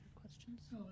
questions